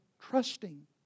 trusting